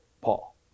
Paul